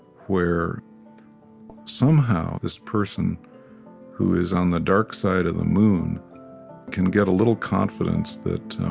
where somehow this person who is on the dark side of the moon can get a little confidence that